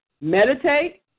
meditate